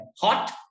Hot